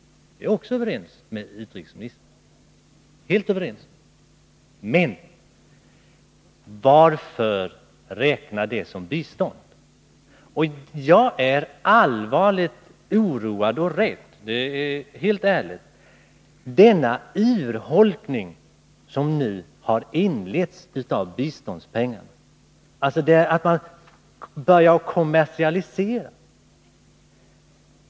Det är jag också helt ense med utrikesministern om. Men varför räkna det som bistånd? Jag är allvarligt oroad för denna urholkning av biståndet som nu har inletts. Man börjar kommersialisera!